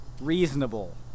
reasonable